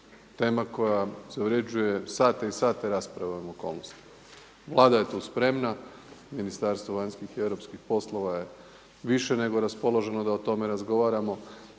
tema koja zavređuje sate i sate rasprava o ovim okolnostima. Vlada je tu spremna. Ministarstvo vanjskih i europskih poslova je više nego raspoloženo da o tome razgovaramo.